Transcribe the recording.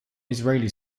israeli